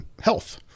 health